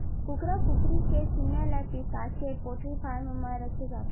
कुकरा कुकरी के चिंया ल बिसाके पोल्टी फारम म राखे जाथे